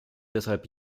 deshalb